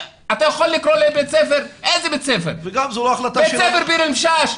בית ספר ביר אל מששת?